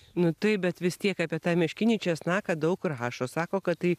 nu taip bet vis tiek apie tai meškinį česnaką daug rašo sako kad tai